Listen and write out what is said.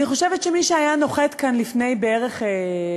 אני חושבת שמי שהיה נוחת כאן לפני בערך שעתיים,